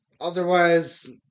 Otherwise